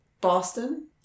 Boston